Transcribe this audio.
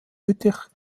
lüttich